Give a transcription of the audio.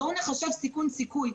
בואו נחשב סיכון סיכוי.